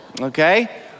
Okay